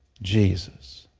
jesus,